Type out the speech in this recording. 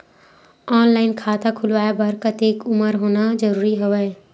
Online खाता खुलवाय बर कतेक उमर होना जरूरी हवय?